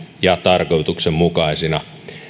ja tarkoituksenmukaisina